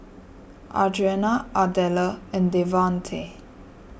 Adriana Ardella and Devante